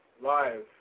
Live